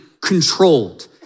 controlled